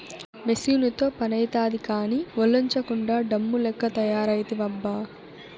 మెసీనుతో పనైతాది కానీ, ఒల్లోంచకుండా డమ్ము లెక్క తయారైతివబ్బా